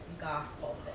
gospel